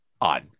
On